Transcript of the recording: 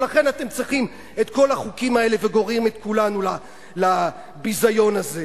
ולכן אתם צריכים את כל החוקים האלה וגוררים את כולנו לביזיון הזה.